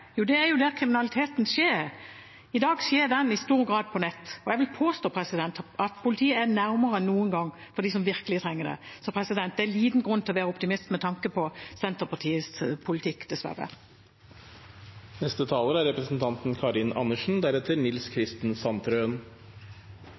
Jo, der kriminaliteten skjer. I dag skjer den i stor grad på nett. Jeg vil påstå at politiet er nærmere enn noen gang for dem som virkelig trenger det. Det er liten grunn til å være optimist med tanke på Senterpartiets politikk, dessverre. Det er